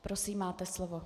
Prosím, máte slovo.